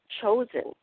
chosen